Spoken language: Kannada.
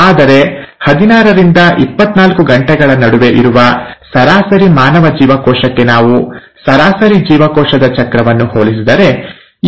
ಆದರೆ ಹದಿನಾರರಿಂದ ಇಪ್ಪತ್ನಾಲ್ಕು ಗಂಟೆಗಳ ನಡುವೆ ಇರುವ ಸರಾಸರಿ ಮಾನವ ಜೀವಕೋಶಕ್ಕೆ ನಾವು ಸರಾಸರಿ ಜೀವಕೋಶದ ಚಕ್ರವನ್ನು ಹೋಲಿಸಿದರೆ ಇ